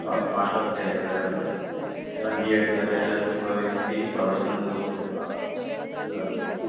हय मास्टर्स केलें जाल्यार हय इवन बी एड सुद्दां केलें जाल्यार तूं खंय टिचींग प्रोफेशनान सुद्दां वचू शकता तशें जावं येता